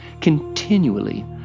continually